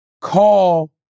call